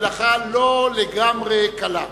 המלאכה לא לגמרי קלה.